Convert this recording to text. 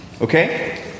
Okay